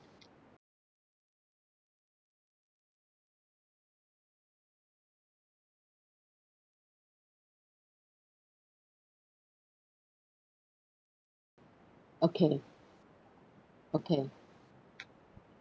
okay okay